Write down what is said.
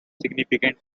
significant